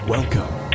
Welcome